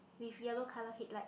with yellow color headlight